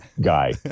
guy